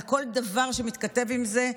על כל דבר שמתכתב עם זה,